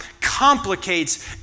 complicates